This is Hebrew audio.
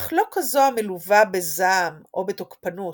אך לא כזו המלווה בזעם או בתוקפנות,